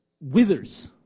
withers